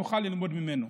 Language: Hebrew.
שנוכל ללמוד ממנו.